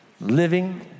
Living